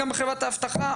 גם חברת האבטחה,